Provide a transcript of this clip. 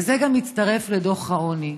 זה מצטרף לדוח העוני.